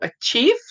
achieve